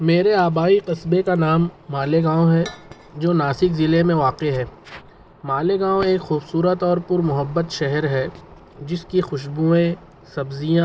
میرے آبائی قصبے کا نام مالیگاؤں ہے جو ناسک ضلعے میں واقع ہے مالیگاؤں ایک خوبصورت اور پر محبت شہر ہے جس کی خوشبوئیں سبزیاں